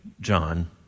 John